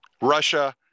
Russia